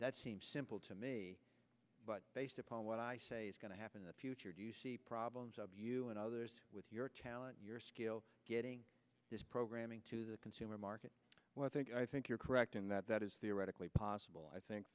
access simple to me but based upon what i say is going to happen in the future do you see problems of you and others with your talent your skills getting this programming to the consumer market well i think i think you're correct in that that is theoretically possible i think